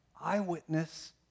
eyewitness